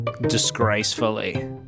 disgracefully